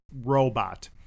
robot